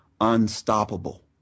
unstoppable